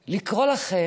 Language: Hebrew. ולקרוא לכם: